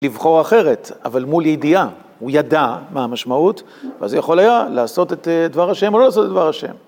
לבחור אחרת, אבל מול ידיעה, הוא ידע מה המשמעות, אז יכול היה לעשות את דבר השם או לא לעשות את דבר השם.